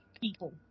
people